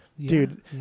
dude